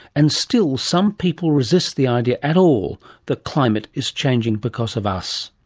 and still some people resist the idea at all that climate is changing because of us.